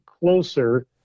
closer